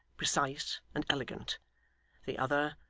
precise, and elegant the other,